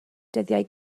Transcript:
dyddiau